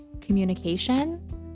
communication